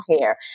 hair